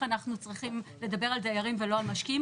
אנחנו צריכים לדבר על דיירים ולא לא משקיעים.